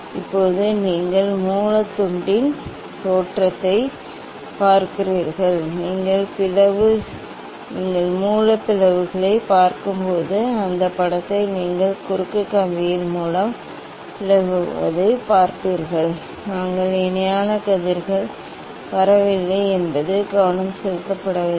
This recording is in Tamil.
இப்போது நீங்கள் மூல துண்டின் தோற்றத்தைப் பார்க்கிறீர்கள் நீங்கள் மூல பிளவுகளைப் பார்க்கும்போது அந்த படத்தை நீங்கள் குறுக்கு கம்பியில் மூல பிளவுபடுவதைப் பார்ப்பீர்கள் நாங்கள் இணையான கதிர்கள் வரவில்லை என்பது கவனம் செலுத்தப்படவில்லை